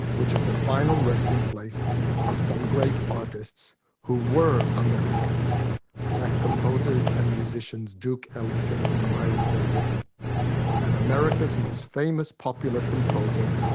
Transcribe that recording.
which is the final resting place of some great artists who were american black composers and musicians duke ellington and miles davis and america's most famous popular composer,